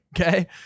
okay